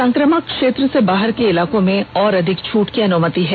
संक्रमण क्षेत्र से बाहर के इलाको में और अधिक छूट की अनुमति मिली है